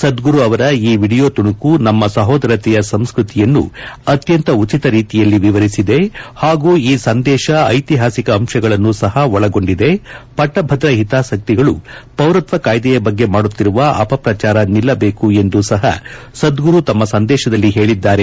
ಸದ್ಗುರು ಅವರ ಈ ವಿಡಿಯೋ ತುಣುಕು ನಮ್ಮ ಸಹೋದರೆತೆಯ ಸಂಸ್ಕೃತಿಯನ್ನು ಅತ್ಯಂತ ಉಚಿತ ರೀತಿಯಲ್ಲಿ ವಿವರಿಸಿವೆ ಹಾಗೂ ಈ ಸಂದೇಶ ಐತಿಹಾಸಿಕ ಅಂಶಗಳನ್ನೂ ಸಹ ಒಳಗೊಂಡಿದೆ ಪಟ್ಟಬದ್ದ ಹಿತಾಸಕ್ತಿಗಳು ಪೌರತ್ವ ಕಾಯ್ದೆಯ ಬಗ್ಗೆ ಮಾಡುತ್ತಿರುವ ಅಪಪ್ರಚಾರ ನಿಲ್ಲಬೇಕು ಎಂದೂ ಸಹ ಸದ್ಗುರು ತಮ್ಮ ಸಂದೇಶದಲ್ಲಿ ಹೇಳಿದ್ದಾರೆ